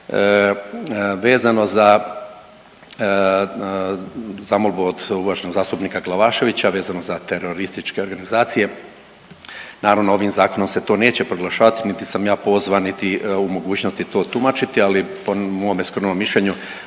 Vezano za zamolbu od uvaženog zastupnika Glavaševića vezano za terorističke organizacije. Naravno ovim Zakonom se to neće proglašavati, niti sam ja pozvan, niti u mogućnosti to tumačiti ali po mome skromnom mišljenju